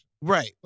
Right